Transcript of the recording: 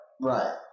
Right